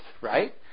right